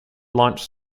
launched